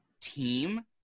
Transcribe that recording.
team